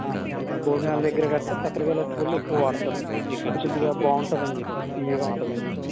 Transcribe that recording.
మనకి భోజనాల దగ్గర గట్రా చక్కెరకేళి అరటిపళ్ళు ఎక్కువ వాడతారు అది కొద్దిగా బాగుంటుందని చెప్పి తియ్యగా ఉంటుందని చెప్పి